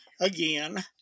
again